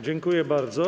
Dziękuję bardzo.